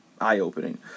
eye-opening